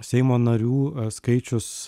seimo narių skaičius